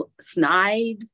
snide